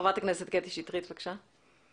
חברת הכנסת קטי שטרית, בבקשה.